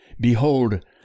Behold